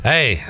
Hey